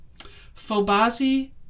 Phobazi